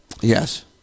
yes